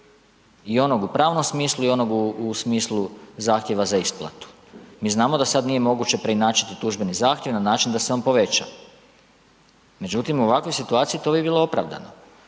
I onog u pravnom smislu i onog u smislu zahtjeva za isplatu. Mi znamo da sad nije moguće preinačiti tužbeni zahtjev na način da se on poveća međutim u ovakvoj situaciji to bi bilo opravdano